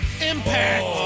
impact